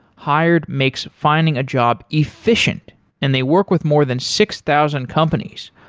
hired makes finding a job efficient and they work with more than six thousand companies,